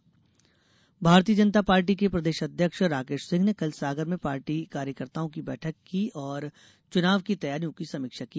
राकेश सिंह भारतीय जनता पार्टी के प्रदेश अध्यक्ष राकेश सिंह ने कल सागर में पार्टी कार्यकर्ताओं की बैठक की और चुनाव की तैयारियों की समीक्षा की